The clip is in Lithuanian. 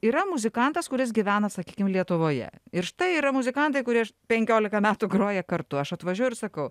yra muzikantas kuris gyvena sakykim lietuvoje ir štai yra muzikantai kurie penkiolika metų groja kartu aš atvažiuoju ir sakau